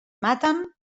maten